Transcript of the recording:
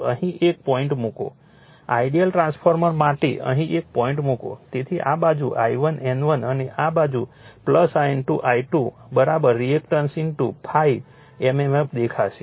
અહીં એક પોઇન્ટ મૂકો આઇડીઅલ ટ્રાન્સફોર્મર માટે અહીં એક પોઇન્ટ મૂકો તેથી આ બાજુ I1 N1 અને આ બાજુ N2 I2 રિએક્ટન્સ ∅ mmf દેખાશે